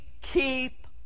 keep